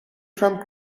from